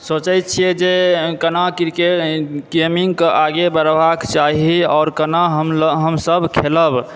सोचैत छिये जे केना करिके गेमिंगकऽ आगे बढ़बाक चाही आओर केना हम लो हमसभ खेलब